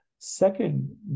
Second